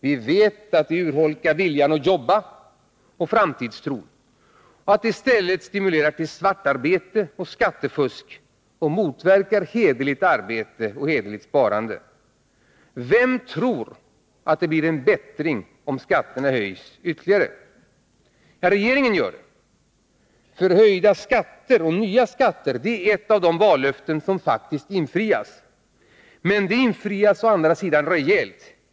Vi vet att det urholkar viljan att jobba och framtidstron, att det i stället stimulerar till svartarbete och skattefusk och motverkar hederligt arbete och sparande. Vem tror att det blir en bättring om skatterna höjs ytterligare? Ja, regeringen gör det, för höjda skatter och nya skatter är ett av de vallöften som faktiskt infrias. Men det infrias å andra sidan rejält.